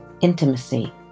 intimacy